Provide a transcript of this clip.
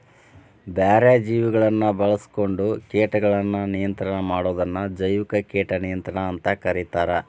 ಬ್ಯಾರೆ ಜೇವಿಗಳನ್ನ ಬಾಳ್ಸ್ಕೊಂಡು ಕೇಟಗಳನ್ನ ನಿಯಂತ್ರಣ ಮಾಡೋದನ್ನ ಜೈವಿಕ ಕೇಟ ನಿಯಂತ್ರಣ ಅಂತ ಕರೇತಾರ